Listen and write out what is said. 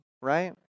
right